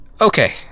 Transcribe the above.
Okay